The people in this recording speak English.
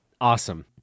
Awesome